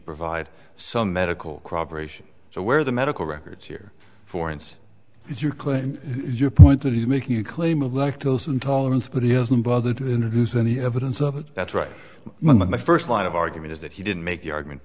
provide some medical cooperation so where the medical records here for instance if you claim your point that he's making a claim of lactose intolerance but he doesn't bother to introduce any evidence other that's right but my first line of argument is that he didn't make the argument